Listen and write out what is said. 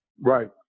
Right